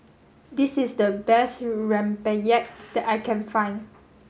this is the best rempeyek that I can find